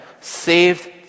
saved